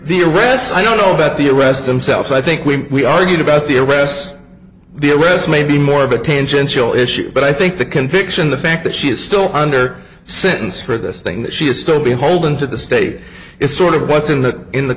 the arrests i don't know about the arrest themselves i think we argued about the arrests the arrests may be more of a tangential issue but i think the conviction the fact that she is still under sentence for this thing that she is still beholden to the state is sort of what's in the in the